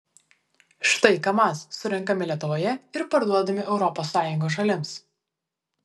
štai kamaz surenkami lietuvoje ir parduodami europos sąjungos šalims